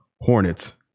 Hornets